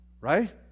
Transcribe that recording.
Right